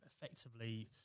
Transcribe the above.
effectively